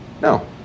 No